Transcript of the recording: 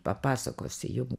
papasakosiu jum